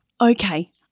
Okay